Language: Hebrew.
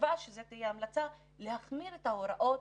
מקווה שזאת תהיה ההמלצה, להחמיר את ההוראות,